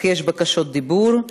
אך יש בקשות דיבור.